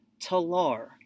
Talar